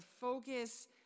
Focus